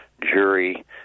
jury